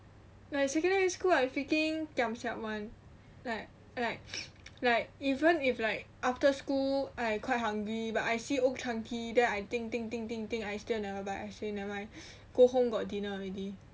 like secondary school I freaking giam siap one like like like even if like after school I quite hungry but I see Old Chang Kee then I think think think think think I still never buy I say never mind go home got dinner already